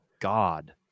God